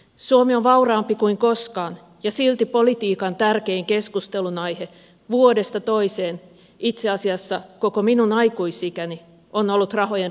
suomi on vauraampi kuin koskaan ja silti politiikan tärkein keskustelunaihe vuodesta toiseen itse asiassa koko minun aikuisikäni on ollut rahojen riittämättömyys